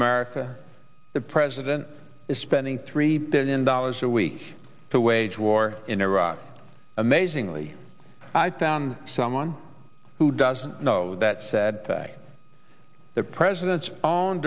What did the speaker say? america the president is spending three billion dollars a week to wage war in iraq amazingly i found someone who doesn't know that said the president's own